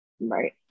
Right